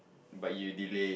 but you delay it